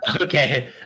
Okay